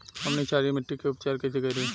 हमनी क्षारीय मिट्टी क उपचार कइसे करी?